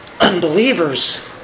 Unbelievers